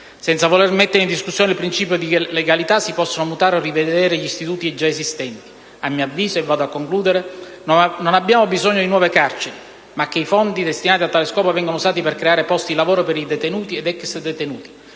Senza voler mettere in discussione il principio di legalità si possono mutare o rivedere gli istituti già esistenti. A mio avviso, non abbiamo bisogno di nuove carceri, ma che i fondi destinati a tale scopo vengano usati per creare posti di lavoro per detenuti ed ex detenuti.